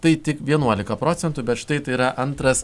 tai tik vienuolika procentų bet štai tai yra antras